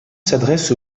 s’adresse